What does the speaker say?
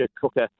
cooker